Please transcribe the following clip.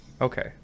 Okay